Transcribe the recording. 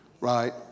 right